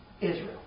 Israel